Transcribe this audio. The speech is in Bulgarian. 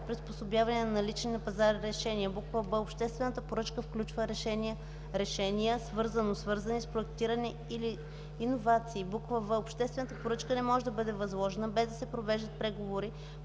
приспособяване на налични на пазара решения; б) обществената поръчка включва решение/решения, свързано/свързани с проектиране или иновации; в) обществената поръчка не може да бъде възложена, без да се провеждат преговори